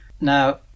Now